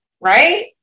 right